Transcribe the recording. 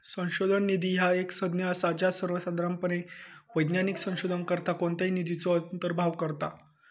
संशोधन निधी ह्या एक संज्ञा असा ज्या सर्वोसाधारणपणे वैज्ञानिक संशोधनाकरता कोणत्याही निधीचो अंतर्भाव करता